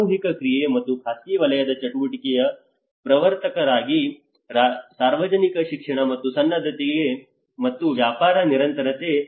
ಸಾಮೂಹಿಕ ಕ್ರಿಯೆ ಮತ್ತು ಖಾಸಗಿ ವಲಯದ ಚಟುವಟಿಕೆಯ ಪ್ರವರ್ತಕರಾಗಿ ಸಾರ್ವಜನಿಕ ಶಿಕ್ಷಣ ಮತ್ತು ಸನ್ನದ್ಧತೆ ಮತ್ತು ವ್ಯಾಪಾರ ನಿರಂತರತೆ